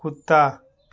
कुत्ता